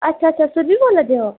अच्छा अच्छा सुरभि बोल्ला दे ओ